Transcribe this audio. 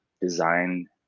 design